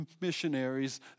missionaries